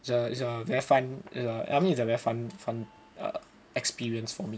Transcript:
it's a it's a very fun I mean it's a very fun fun fun experience for me